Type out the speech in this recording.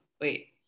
wait